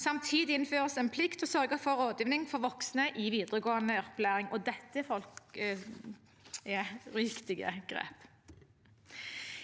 Samtidig innføres en plikt til å sørge for rådgivning for voksne i videregående opplæring. Dette er viktige grep.